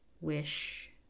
wish